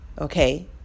okay